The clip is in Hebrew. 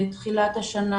תיכף, בתחילת השנה,